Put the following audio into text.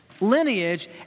lineage